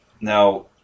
Now